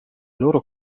loro